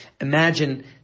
Imagine